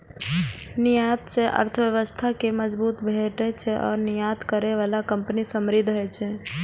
निर्यात सं अर्थव्यवस्था कें मजबूती भेटै छै आ निर्यात करै बला कंपनी समृद्ध होइ छै